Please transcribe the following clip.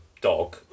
dog